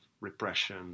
repression